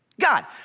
God